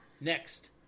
Next